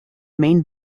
main